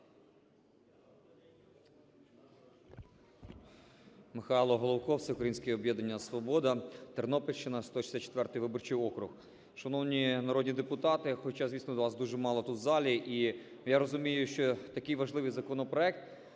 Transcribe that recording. Михайло Головко, Всеукраїнське об'єднання "Свобода", Тернопільщина, 164 виборчий округ. Шановні народні депутати, хоча, звісно, вас дуже мало тут, в залі, і я розумію, що такий важливий законопроект